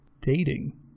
dating